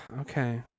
Okay